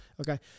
okay